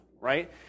right